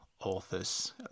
authors